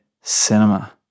cinema